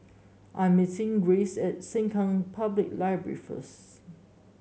I'm meeting Rance at Sengkang Public Library first